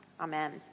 Amen